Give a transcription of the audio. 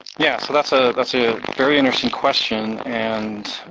yeah, so that's ah that's a very interesting question. and